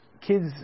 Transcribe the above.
kids